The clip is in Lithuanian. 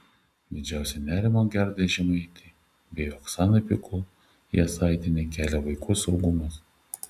didžiausią nerimą gerdai žemaitei bei oksanai pikul jasaitienei kelia vaikų saugumas